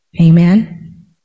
amen